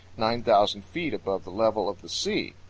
nine thousand feet above the level of the sea.